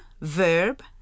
verb